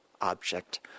object